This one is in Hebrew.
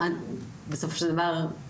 בסופו של דבר אנחנו